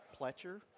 Pletcher